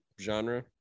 genre